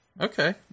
Okay